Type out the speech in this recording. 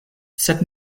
sed